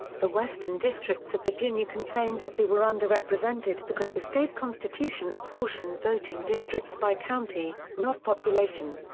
the western districts of virginia complained that they were underrepresented because the state constitution apportioned voting districts by county, not population.